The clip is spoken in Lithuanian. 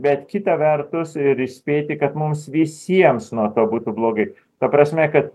bet kita vertus ir įspėti kad mums visiems nuo to būtų blogai ta prasme kad